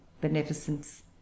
beneficence